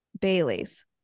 Bailey's